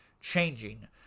changing